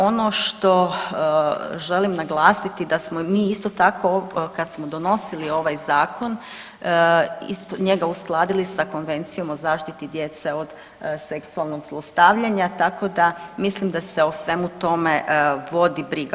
Ono što želim naglasiti da smo mi isto tako kad smo donosili ovaj zakon njega uskladili sa Konvencijom o zaštiti djece od seksualnog zlostavljanja, tako da mislim da se o svemu tome vodi briga.